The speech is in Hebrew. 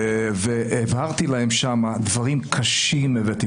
והבהרתי להם שמה דברים קשים שהבאתי